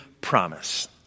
promise